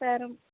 சாரும்